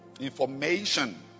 Information